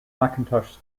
mackintosh